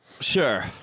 Sure